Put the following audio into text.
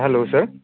hello सार